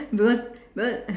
because because